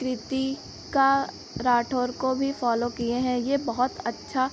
कृतिका राठौड़ को भी फॉलो किए हैं यह बहुत अच्छा